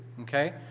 Okay